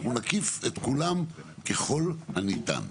שנייה אנחנו נקיף את כולם ככל הניתן.